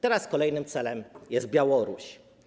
Teraz kolejnym celem jest Białoruś.